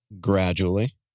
gradually